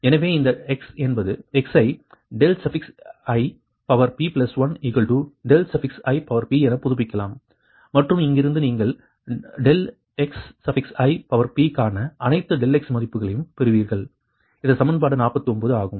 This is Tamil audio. எனவே இந்த x ஐ xip1xip என புதுப்பிக்கலாம் மற்றும் இங்கிருந்து நீங்கள் ∆xipக்கான அனைத்து ∆x மதிப்புகளையும் பெறுவீர்கள் இது சமன்பாடு 49 ஆகும்